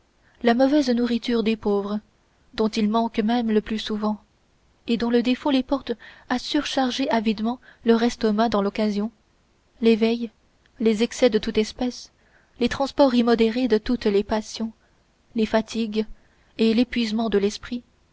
la mauvaise nourriture des pauvres dont ils manquent même le plus souvent et dont le défaut les porte à surcharger avidement leur estomac dans l'occasion les veilles les excès de toute espèce les transports immodérés de toutes les passions les fatigues et l'épuisement d'esprit les